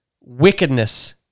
wickedness